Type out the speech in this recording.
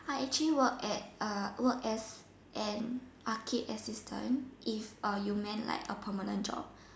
I actually work at as an arcade assistant if you meant a permanent job